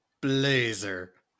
Blazer